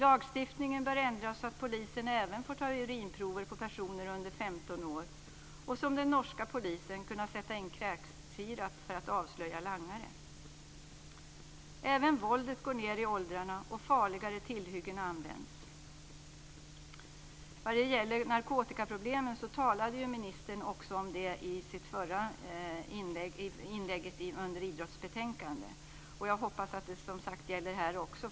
Lagstiftningen bör ändras så att polisen även får ta urinprover på personer under 15 år och som den norska polisen kunna sätta in kräksirap för att avslöja langare. Även våldet går ned i åldrarna, och farligare tillhyggen används. När det gäller narkotikaproblemen talade ministern om detta också i sitt inlägg i debatten om idrottsbetänkandet, och jag hoppas att det som sades gäller här också.